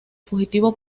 fugitivo